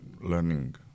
learning